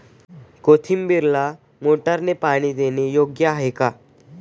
कोथिंबीरीला मोटारने पाणी देणे योग्य आहे का?